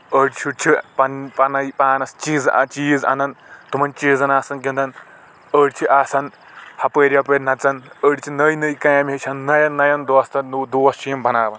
أڑۍ شرۍ چھِ پنٕنۍ پننے پانس چیز چیز انان تِمن چیزن آسان گنٛدان أڑۍ چھِ آسان ہۄپٲرۍ یپٲرۍ نژان أڑۍ چھِ نٔوۍ نٔوۍ کامہِ ہیٚچھان نین نین دوستن دوس چھِ یِم بناوان